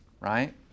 right